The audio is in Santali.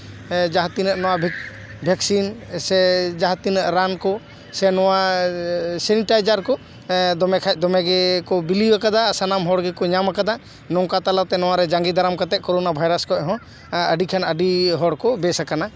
ᱦᱮᱸ ᱡᱟᱦᱟᱸ ᱛᱤᱱᱟᱹᱜ ᱵᱷᱮᱠᱥᱤᱱ ᱥᱮ ᱡᱟᱦᱟᱸ ᱛᱤᱱᱟᱹᱜ ᱨᱟᱱ ᱠᱚ ᱥᱮ ᱱᱚᱣᱟ ᱥᱮᱱᱤᱴᱟᱭᱡᱟᱨ ᱠᱚ ᱫᱚᱢᱮ ᱠᱷᱟᱱ ᱫᱚᱢᱮ ᱜᱮᱠᱚ ᱵᱤᱞᱤᱭ ᱠᱟᱫᱟ ᱟᱨ ᱥᱟᱱᱟᱢ ᱦᱚᱲ ᱜᱮᱠᱚ ᱧᱟᱢ ᱠᱟᱫᱟ ᱱᱚᱝᱠᱟ ᱛᱟᱞᱟᱛᱮ ᱱᱚᱣᱟᱨᱮ ᱡᱟᱸᱜᱮ ᱫᱟᱨᱟᱢ ᱠᱟᱛᱮᱜ ᱠᱳᱨᱳᱱᱟ ᱵᱷᱟᱭᱨᱟᱥ ᱠᱷᱚᱱ ᱦᱚᱸ ᱟᱹᱰᱤ ᱠᱷᱟᱱ ᱟᱹᱰᱤ ᱦᱚᱲ ᱠᱚ ᱵᱮᱥ ᱠᱟᱱᱟ